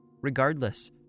Regardless